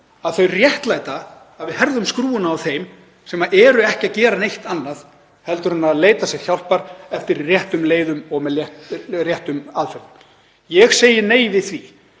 að þau réttlæti að við herðum skrúfuna á þeim sem eru ekki að gera neitt annað en að leita sér hjálpar eftir réttum leiðum og með réttum aðferðum? Ég segi nei við því